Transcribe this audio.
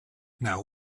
now